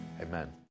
Amen